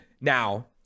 Now